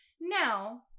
Now